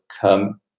come